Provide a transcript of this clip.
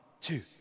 two